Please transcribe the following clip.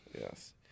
Yes